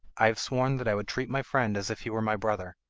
i have sworn that i would treat my friend as if he were my brother,